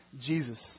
Jesus